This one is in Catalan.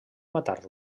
matar